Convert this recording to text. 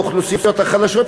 לאוכלוסיות החלשות?